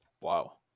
Wow